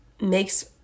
makes